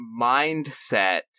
mindset